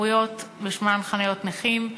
הקרויות בשמן "חניות נכים",